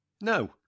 No